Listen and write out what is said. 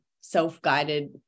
self-guided